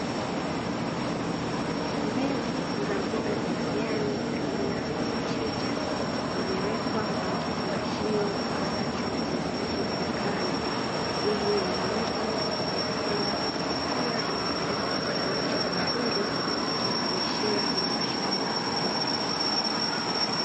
Mbegu za mboga za majani aina ya mchicha zimewekwa kwenye kifungashio ambacho zinauzwa dukani, ili wanunuzi waweze kwenda kuzisia na baadaye kuipata miche mizuri watao hamishia kwenye mashamba makubwa.